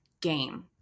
game